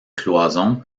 cloisons